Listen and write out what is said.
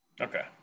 Okay